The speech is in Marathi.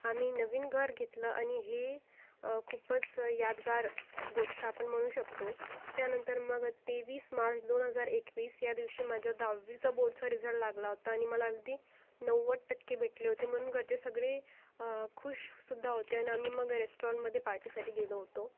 आम्ही नवीन घर घेतलं आणि हे खूपच यादगार गोष्ट आपण म्हणू शकतो त्यानंतर मग तेवीस मार्च दोन हजार एकवीस या दिवशी माझा दहावीचा बोर्डचा रिझल्ट लागला होता आणि मला अगदी नव्वद टक्के भेटले होते म्हणून घरचे सगळे खुश सुद्धा होते आणि आम्ही मग रेस्टॉरंटमध्ये पार्टीसाठी गेलो होतो